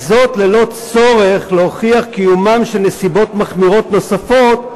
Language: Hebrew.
ללא צורך להוכיח קיומן של נסיבות מחמירות נוספות,